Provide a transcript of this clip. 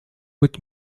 быть